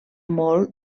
molt